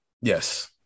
yes